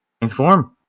transform